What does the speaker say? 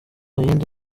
yindi